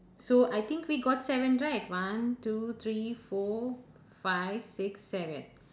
so I think we got seven right one two three four five six seven